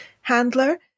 handler